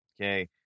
okay